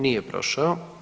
Nije prošao.